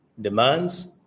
demands